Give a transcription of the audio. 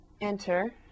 enter